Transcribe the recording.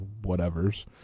whatevers